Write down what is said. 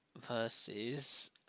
Versus